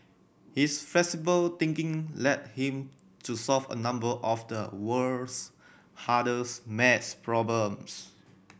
his flexible thinking led him to solve a number of the world's hardest maths problems